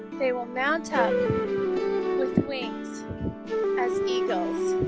they will mount up with wings as eagles